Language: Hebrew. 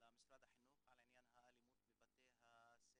למשרד החינוך על עניין האלימות בבתי הספר.